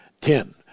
Ten